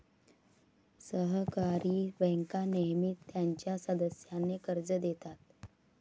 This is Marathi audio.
सहकारी बँका नेहमीच त्यांच्या सदस्यांना कर्ज देतात